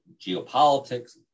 geopolitics